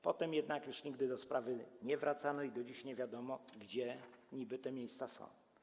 Potem jednak już nigdy do sprawy nie wracano i do dziś nie wiadomo, gdzie niby te miejsca są.